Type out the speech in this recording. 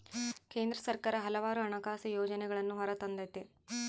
ಕೇಂದ್ರ ಸರ್ಕಾರ ಹಲವಾರು ಹಣಕಾಸು ಯೋಜನೆಗಳನ್ನೂ ಹೊರತಂದತೆ